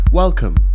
Welcome